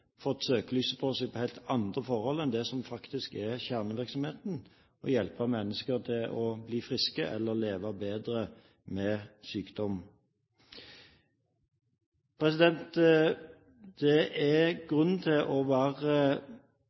fått søkelyset på seg for helt andre forhold enn det som er kjernevirksomheten: å hjelpe mennesker til å bli friske eller å leve bedre med sykdom. Det er grunn til å være